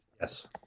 yes